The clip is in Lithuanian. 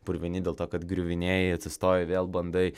purvini dėl to kad griuvinėji atsistoji vėl bandai